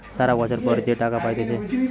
সারা বছর পর যে টাকা পাইতেছে